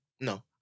No